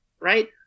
right